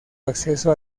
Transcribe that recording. acceso